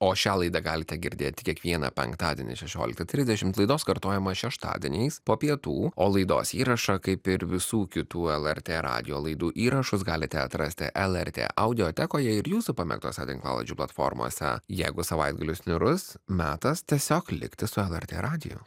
o šią laidą galite girdėti kiekvieną penktadienį šešioliktą trisdešimt laidos kartojimas šeštadieniais po pietų o laidos įrašą kaip ir visų kitų lrt radijo laidų įrašus galite atrasti lrt audiotekoje ir jūsų pamėgtose tinklalaidžių platformose jeigu savaitgalis niūrus metas tiesiog likti su lrt radiju